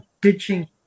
pitching